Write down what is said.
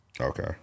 Okay